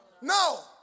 No